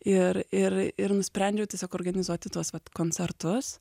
ir ir ir nusprendžiau tiesiog organizuoti tuos vat koncertus